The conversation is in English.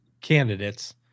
candidates